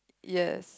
yes